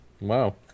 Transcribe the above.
Wow